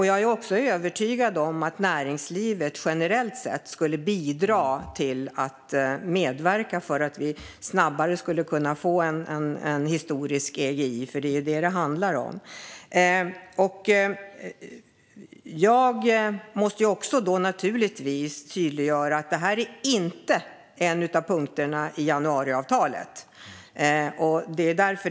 Jag är också övertygad om att näringslivet generellt sett skulle kunna medverka till att vi snabbare skulle kunna få en historisk giv, för det är ju detta det handlar om. Jag måste också tydliggöra att detta inte är en av punkterna i januariavtalet.